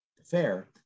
fair